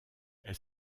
elle